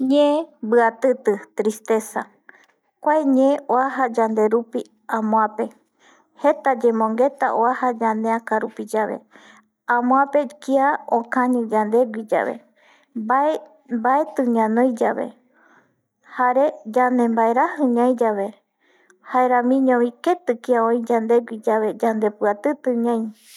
Ñe mbiatɨtɨ tristeza kua ñee oaja yande rupi amoape, jeta yamongueta oaja ñaneäka rupi yave, amoape kia okañi yandegui yave mbae mbaeti ñanoi yave jare yande mbaeraji ñai yave jaeramiñovi keti kia öi yandegui yave yande piatɨtɨ ñai